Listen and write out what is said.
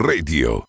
Radio